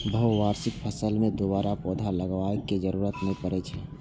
बहुवार्षिक फसल मे दोबारा पौधा लगाबै के जरूरत नै पड़ै छै